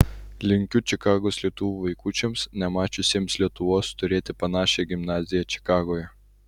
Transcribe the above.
linkiu čikagos lietuvių vaikučiams nemačiusiems lietuvos turėti panašią gimnaziją čikagoje